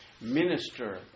minister